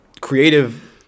creative